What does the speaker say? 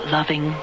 loving